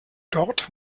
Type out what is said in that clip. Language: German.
dort